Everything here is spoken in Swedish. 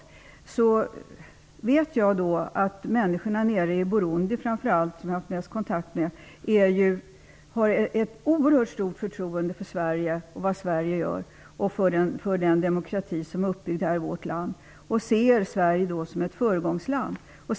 Jag vet att framför allt människorna i Burundi, som jag har haft mest kontakt med, har ett oerhört stort förtroende för Sverige, vad Sverige gör och för den demokrati som är uppbyggd här i vårt land. De ser Sverige som ett föregångsland.